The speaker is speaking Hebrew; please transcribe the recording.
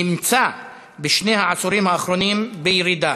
נמצא בשני העשורים האחרונים בירידה: